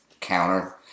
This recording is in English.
counter